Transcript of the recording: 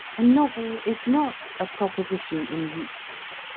a novel is not a proposition in euclid.